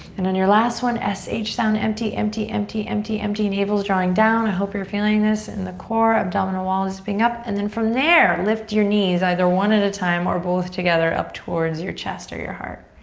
and on your last one, s h sound. empty, empty, empty, empty, empty. navel's drawing down. i hope you're feeling this in the core abdominal wall zipping up. and from there lift your knees either one at a time or both together up towards your chest or your heart.